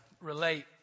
relate